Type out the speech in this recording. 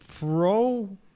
Pro